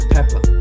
Pepper